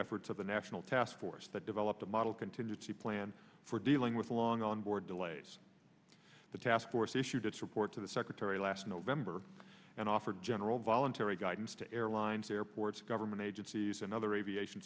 efforts of the national task force that developed a model continue to plan for dealing with along on board delays the task force issued its report to the secretary last november and offered general voluntary guidance to airlines airports government agencies and other aviation